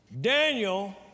Daniel